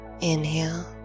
inhale